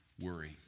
worry